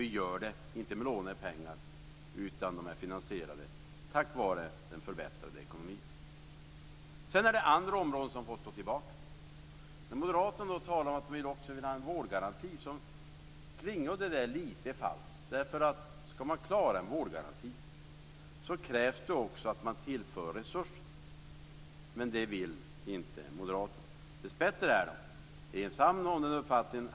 Vi gör det inte med lånade pengar, utan förstärkningarna är finansierade tack vare en förbättrad ekonomi. Sedan är det andra områden som får stå tillbaka. När moderaterna talar om att de också vill ha en vårdgaranti så klingar det litet falskt. Skall man klara en vårdgaranti krävs det att man tillför resurser. Men det vill inte moderaterna. Dessbättre är de ensamma om den uppfattningen.